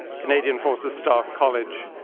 canadian force's staff college,